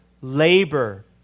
labor